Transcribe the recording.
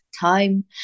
time